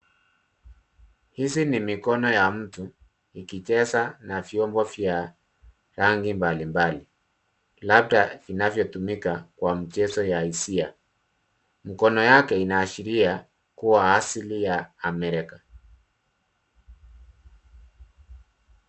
Hizi ni mikono ya mtu ikicheza na vyombo vya rangi mbalimbali labda vinavyotumika kwa mchezo ya hisia. Mkono yake inaashiria kuwa asili ya Amerika.